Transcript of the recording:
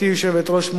גברתי היושבת-ראש,